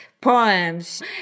poems